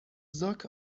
زاک